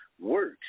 works